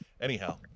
Anyhow